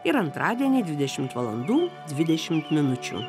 ir antradienį dvidešimt valandų dvidešimt minučių